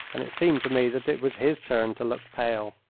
and it seemed to me that it was his turn to look pale.